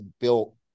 built